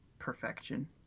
Perfection